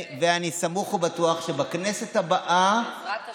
ואני סמוך ובטוח שבכנסת הבאה, בעזרת השם.